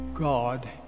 God